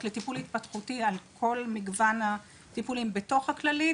לטיפול התפתחותי על כל מגוון הטיפולים בתוך כללית,